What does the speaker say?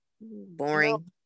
boring